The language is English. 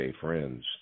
friends